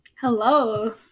Hello